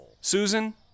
Susan